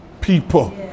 people